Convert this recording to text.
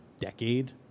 decade